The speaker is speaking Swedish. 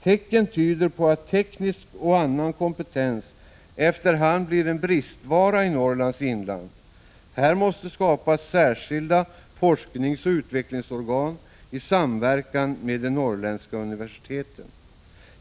Tecken tyder på att teknisk och annan kompetens efter hand blir en bristvara” i Norrlands inland. Här måste skapas särskilda forskningsoch utvecklingsorgan i samverkan med de norrländska universiteten.